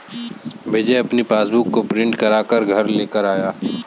विजय अपनी पासबुक को प्रिंट करा कर घर लेकर आया है